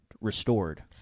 restored